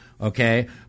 Okay